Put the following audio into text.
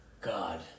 god